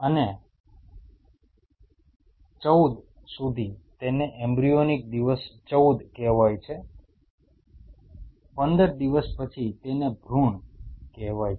અને 14 સુધી તેને એમ્બ્રીયોનિક દિવસ 14 કહેવાય છે 15 દિવસ પછી તેને ભૃણ કહેવાય છે